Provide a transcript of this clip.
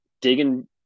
digging